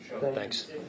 Thanks